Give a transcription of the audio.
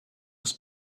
was